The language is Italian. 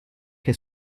che